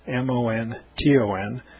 M-O-N-T-O-N